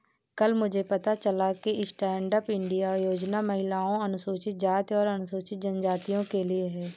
कल मुझे पता चला कि स्टैंडअप इंडिया योजना महिलाओं, अनुसूचित जाति और अनुसूचित जनजाति के लिए है